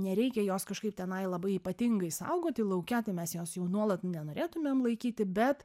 nereikia jos kažkaip tenai labai ypatingai saugoti lauke tai mes jos jau nuolat nenorėtumėm laikyti bet